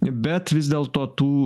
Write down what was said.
bet vis dėlto tų